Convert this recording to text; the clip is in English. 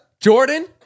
Jordan